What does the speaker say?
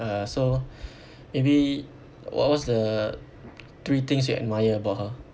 uh so maybe what what's the three things you admire about her